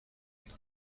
کنم